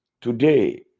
Today